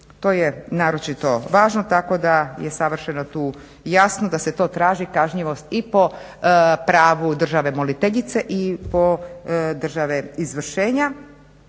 To je naročito važno tako da je savršeno tu jasno da se to traži, kažnjivost i po pravu države moliteljice i države izvršenje